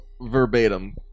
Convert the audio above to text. verbatim